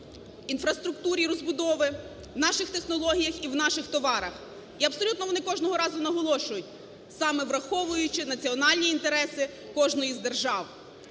інфраструктурі розбудови, в наших технологіях і в наших товарах. І абсолютно вони кожного разу наголошують, саме враховуючи національні інтереси кожної з держав.